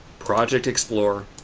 project explorer.